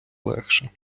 легше